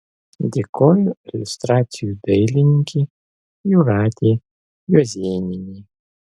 dėkoju iliustracijų dailininkei jūratei juozėnienei